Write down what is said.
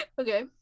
Okay